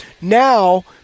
now